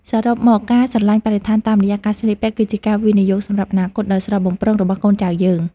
សរុបមក ការស្រឡាញ់បរិស្ថានតាមរយៈការស្លៀកពាក់ គឺជាការវិនិយោគសម្រាប់អនាគតដ៏ស្រស់បំព្រងរបស់កូនចៅយើង។